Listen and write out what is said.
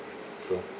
true